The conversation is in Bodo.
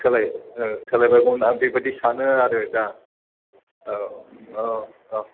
सोलाय सोलायबावगौमोन आं बेबायदि सानो आरो दा औ औ औ